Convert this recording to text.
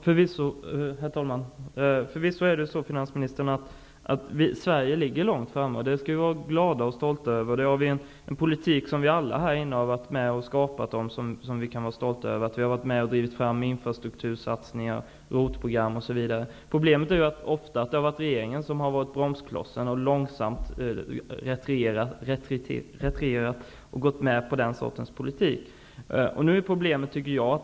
Herr talman! Förvisso ligger vi i Sverige långt framme, finansministern. Vi skall vara glada och stolta över det och över att vi alla här har varit med om att skapa och driva fram infrastruktursatsningar, ROT-program, osv. Problemet har varit att det är regeringen som ofta har utgjort bromskloss. Man har långsamt retirerat innan man har gått med på den sortens politik.